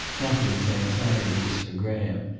natalie's anxiety was for graham,